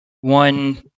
one